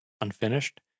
unfinished